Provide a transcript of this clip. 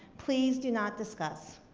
please do not discuss.